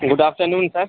good afternoon sir